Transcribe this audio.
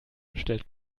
stellt